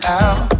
out